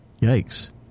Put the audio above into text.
Yikes